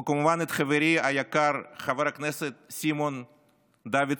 וכמובן, את חברי היקר חבר הכנסת סימון דוידסון,